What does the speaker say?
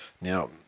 Now